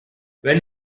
when